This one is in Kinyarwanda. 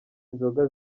inzoga